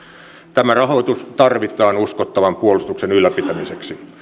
tämä rahoitus tarvitaan uskottavan puolustuksen ylläpitämiseksi